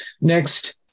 Next